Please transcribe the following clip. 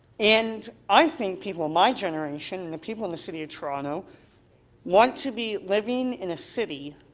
and i think people my generation and the people in the city of toronto want to be living in a city